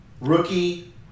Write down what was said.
rookie